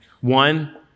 One